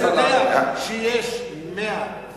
אתה יודע שיש 110